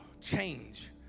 change